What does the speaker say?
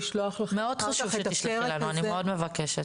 מאוד חשוב שתשלחי לנו, אני מאוד מבקשת.